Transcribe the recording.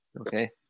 okay